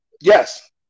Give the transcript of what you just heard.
yes